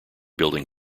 building